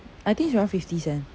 I think it's around fifty cent